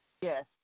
Yes